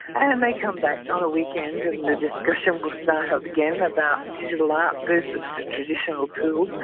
and they come back on a weekend and the discussion will start up again about digital art versus the traditional tools.